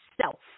self